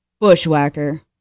Bushwhacker